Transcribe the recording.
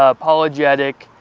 ah apologetic,